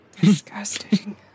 Disgusting